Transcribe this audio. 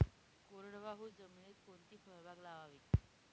कोरडवाहू जमिनीत कोणती फळबाग लावावी?